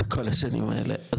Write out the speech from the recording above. בכל השנים האלה.